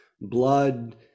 blood